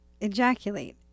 ejaculate